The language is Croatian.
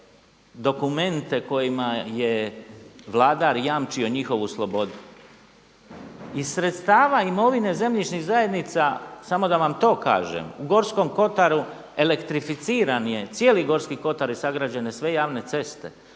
dokumente kojima je vladar jamčio njihovu slobodu. Iz sredstava imovine zemljišnih zajednica samo da vam to kažem u Gorskom kotaru elektrificiran je cijeli Gorski kotar i sagrađene sve javne ceste.